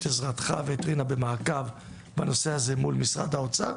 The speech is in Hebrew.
עזרתך במעקב בנושא הזה מול משרד האוצר.